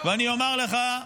לא אמרתי שלא.